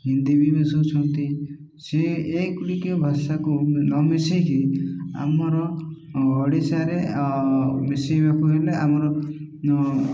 ହିନ୍ଦୀ ବି ମିଶୋଉଛନ୍ତି ସେ ଏଗୁଡ଼ିକ ଭାଷାକୁ ନ ମିଶେଇକି ଆମର ଓଡ଼ିଶାରେ ମିଶେଇବାକୁ ହେଲେ ଆମର